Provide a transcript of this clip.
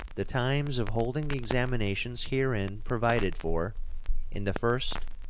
the times of holding the examinations herein provided for in the first,